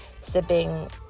sipping